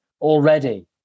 already